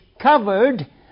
covered